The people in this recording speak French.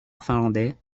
finlandais